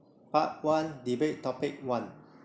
part one debate topic one